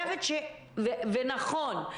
נכון,